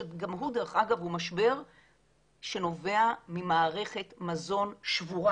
שגם הוא דרך אגב הוא משבר שנובע ממערכת מזון שבורה